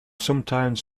sometimes